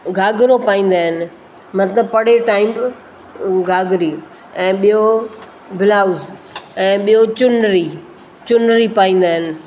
घाघरो पाईंदा आहिनि मतिलबु पड़े टाइप जो घाघरी ऐं ॿियों ब्लाउज़ ऐं ॿियो चुनरी चुनरी पाईंदा आहिनि